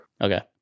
Okay